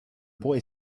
boy